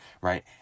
right